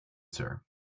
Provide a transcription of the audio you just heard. sir